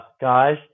guys